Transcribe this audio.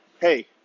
hey